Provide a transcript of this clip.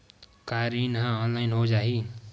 का ऋण ह ऑनलाइन हो जाही?